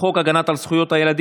חוק לתיקון פקודת התעבורה (מס' 131)